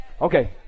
Okay